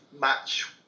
match